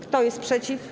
Kto jest przeciw?